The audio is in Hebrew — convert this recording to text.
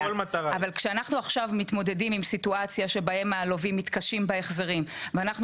אבל כשאנחנו עכשיו מתמודדים עם סיטואציה בה הלווים מתקשים בהחזרים ואנחנו